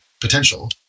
potential